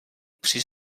při